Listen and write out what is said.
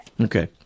Okay